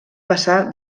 passar